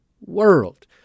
world